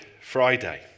Friday